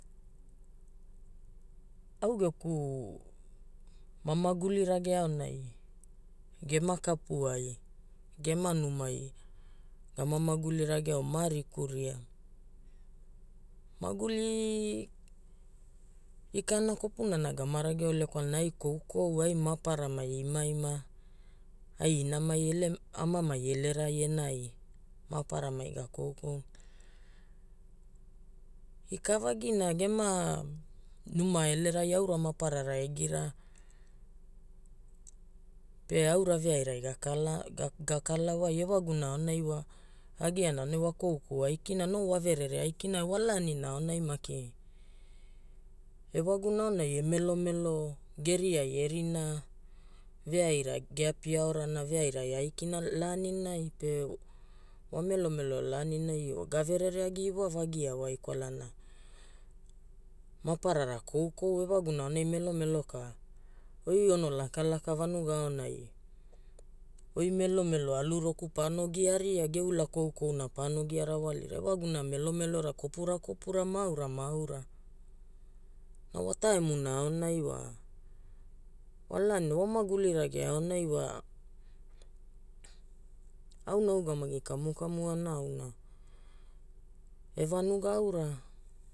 Au geku pa maguli rage aonai gema kapuai, gema numai gama maguli rageo ma ariku ria maguli ikana kopunana gama rageole kwalana ai koukou ai maparamai imaima ai inami amamai elerai enai maparamai ga koukouna. Ika vagina, gema numa elerai aura maparara egira pe aura veairai ga kalawai. Ewaguna aonai wa agiaana aonai wa koukou aikina. No wa verere aikina, wa laaninai aonai maki ewaguna aonai e melomelo geriai e rinaa veaira ge api aorana veaira aikina laaninai pe wa melomelo laaninai ga verere agi iwa vagia wai kwalana maparara koukou. Ewaguna aonai melomelo ka oi ono lakalaka vanuga aonai oi melomelo alu roku paano gia ria e ge ula koukouna paano gia rawalira. Ewaguna melomelora kopura kopura ma aura ma aura. Na wa taimuna aonai wa, wa maguli rage aonai wa auna a ugamagi kamu kamuana auna e vanuga aura